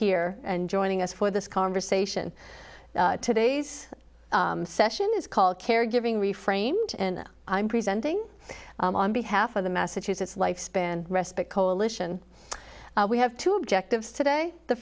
here and joining us for this conversation today's session is called caregiving reframed and i'm presenting on behalf of the massachusetts lifespan respite coalition we have two objectives today the